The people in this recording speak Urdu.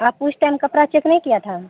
آپ اس ٹائم کپڑا چیک نہیں کیا تھا